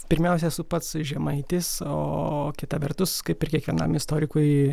pirmiausia esu pats žemaitis o kita vertus kaip ir kiekvienam istorikui